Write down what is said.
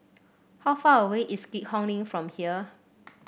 how far away is Keat Hong Link from here